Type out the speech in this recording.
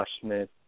Smith